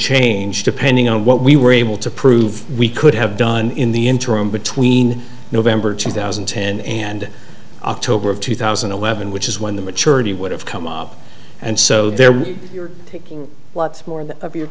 change depending on what we were able to prove we could have done in the interim between november two thousand and ten and october of two thousand and eleven which is when the maturity would have come up and so there was a lot more of your